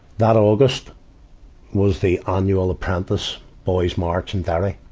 that august was the annual apprentice boys' march in derry.